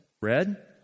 red